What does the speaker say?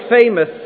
famous